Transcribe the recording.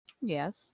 Yes